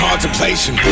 Contemplation